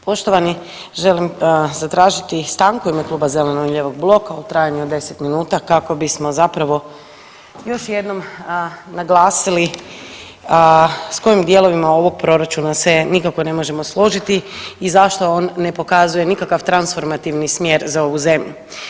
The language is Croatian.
Poštovani, želim zatražiti stanku u ime Kluba zeleno-lijevog bloka u trajanju od 10 minuta kako bismo zapravo još jednom naglasili s kojim dijelovima ovog proračuna se nikako ne možemo složiti i zašto on ne pokazuje nikakav transformativni smjer za ovu zemlju.